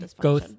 go